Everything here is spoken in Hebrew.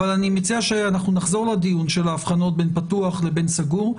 אני מציע שנחזור לדיון של ההבחנות בין פתוח לבין סגור.